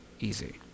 easy